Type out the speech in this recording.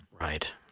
right